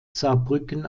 saarbrücken